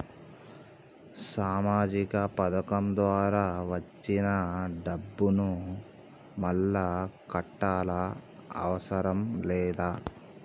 సామాజిక పథకం ద్వారా వచ్చిన డబ్బును మళ్ళా కట్టాలా అవసరం లేదా?